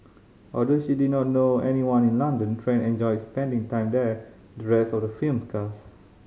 although she did not know anyone in London Tran enjoyed spending time there with the rest of the film's cast